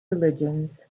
religions